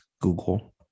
Google